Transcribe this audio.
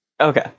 Okay